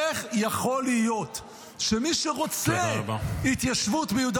איך יכול להיות שמי שרוצה התיישבות ביהודה